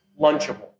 lunchable